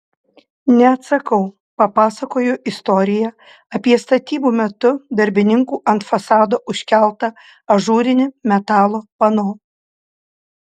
neatsakau papasakoju istoriją apie statybų metu darbininkų ant fasado užkeltą ažūrinį metalo pano